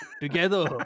together